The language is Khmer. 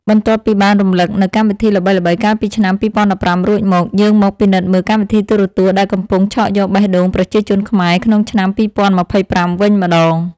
បន្ទាប់ពីបានរំលឹកនូវកម្មវិធីល្បីៗកាលពី ឆ្នាំ ២០១៥ រួចមក យើងមកពិនិត្យមើលកម្មវិធីទូរទស្សន៍ដែលកំពុងឆក់យកបេះដូងប្រជាជនខ្មែរក្នុងឆ្នាំ ២០២៥ វិញម្តង។